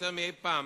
יותר מאי-פעם,